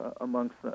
amongst